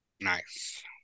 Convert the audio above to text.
Nice